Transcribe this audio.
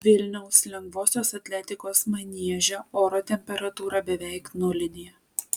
vilniaus lengvosios atletikos manieže oro temperatūra beveik nulinė